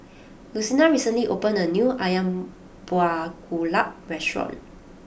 Lucina recently opened a new Ayam Buah Keluak restaurant